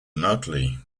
notley